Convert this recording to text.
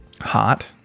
hot